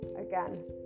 again